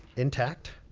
intact.